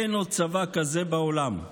אין עוד צבא כזה בעולם.